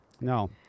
No